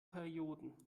perioden